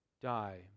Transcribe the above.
die